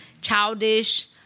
childish